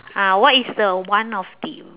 ah what is the one of the